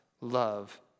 love